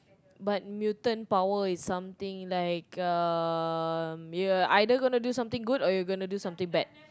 but mutant power is something like um you're either gonna do something good or you're gonna do something bad